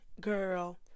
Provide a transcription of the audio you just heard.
girl